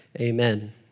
amen